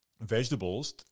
vegetables